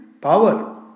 Power